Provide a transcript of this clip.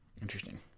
Interesting